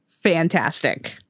fantastic